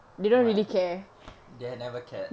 why they had never cared